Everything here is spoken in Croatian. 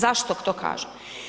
Zašto to kažem?